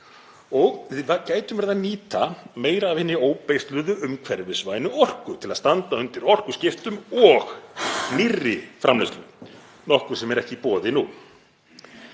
Og við gætum verið að nýta meira af hinni óbeisluðu umhverfisvænu orku til að standa undir orkuskiptum og nýrri framleiðslu, nokkuð sem er ekki í boði nú.